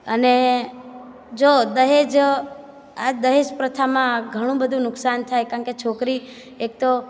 અને જો દહેજ આ દહેજ પ્રથામાં ઘણું બધું નુકસાન થાય કારણ કે છોકરી એક તો